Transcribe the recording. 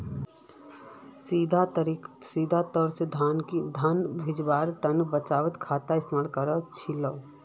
सीधा तौरत धनक भेजवार तने बचत खातार इस्तेमाल कर छिले